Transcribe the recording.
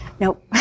nope